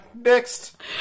Next